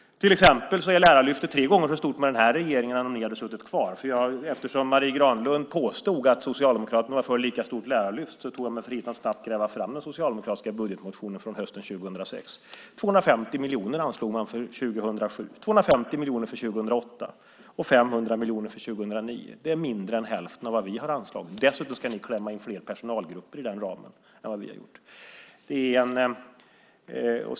Lärarlyftet är till exempel tre gånger så stort med den här regeringen som om ni hade suttit kvar. Eftersom Marie Granlund påstod att Socialdemokraterna var för ett lika stort lärarlyft tog jag mig friheten att snabbt gräva fram den socialdemokratiska budgetmotionen från hösten 2006. Man anslog 250 miljoner för 2007, 250 miljoner för 2008 och 500 miljoner för 2009. Det är mindre än hälften av vad vi har anslagit. Dessutom ska ni klämma in fler personalgrupper i den ramen än vad vi har gjort.